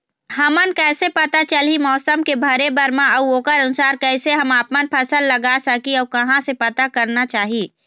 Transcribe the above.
हमन कैसे पता चलही मौसम के भरे बर मा अउ ओकर अनुसार कैसे हम आपमन फसल लगा सकही अउ कहां से पता करना चाही?